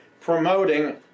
promoting